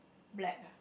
black